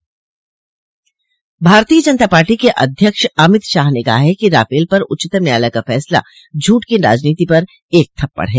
भारतीय जनता पार्टी के अध्यक्ष अमित शाह ने कहा है कि राफल पर उच्चतम न्यायालय का फैसला झूठ की राजनीति पर एक थप्पड़ है